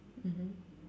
mmhmm